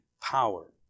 power